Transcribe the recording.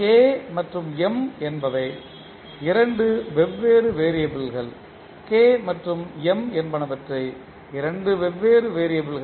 K மற்றும் M என்பன இரண்டு வெவ்வேறு வெறியபிள் K மற்றும் M என்பனவற்றை இரண்டு வெவ்வேறு வெறியபிள்